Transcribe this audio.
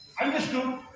understood